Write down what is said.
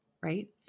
right